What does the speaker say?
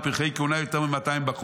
ופרחי כהונה יותר ממאתייםבחור.